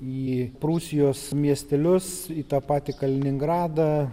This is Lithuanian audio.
į prūsijos miestelius į tą patį kaliningradą